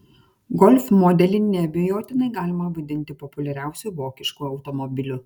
golf modelį neabejotinai galima vadinti populiariausiu vokišku automobiliu